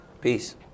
peace